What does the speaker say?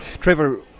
Trevor